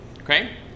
Okay